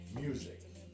music